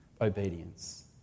obedience